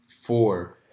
four